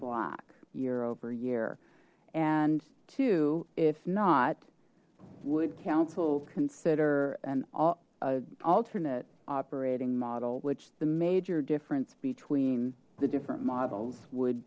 black year over year and to if not would council consider an alternate operating model which the major difference between the different models would